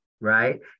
Right